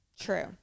True